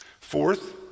Fourth